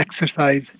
exercise